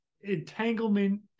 entanglement